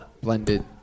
blended